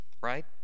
right